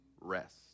rest